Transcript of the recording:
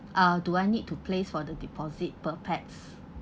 ah do I need to place for the deposit per pax